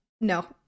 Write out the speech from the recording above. no